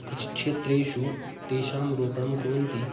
कृषिक्षेत्रेषु तेषां रोपणं कुर्वन्ति